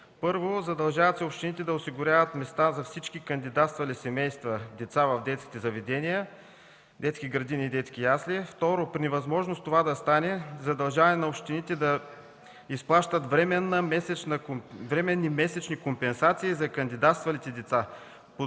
Първо, задължават се общините да осигуряват места за всички кандидатствали семейства с деца в детските заведения – детски градини и детски ясли. Второ, при невъзможност това да стане, задължаване на общините да изплащат временни месечни компенсации за кандидатствалите деца.